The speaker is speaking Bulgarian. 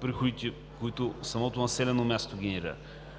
приходите, които самото населено място генерира,